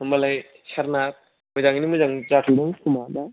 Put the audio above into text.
होमबालाय सारना मोजाङैनो मोजां जाफुंथोंसै होनबा ना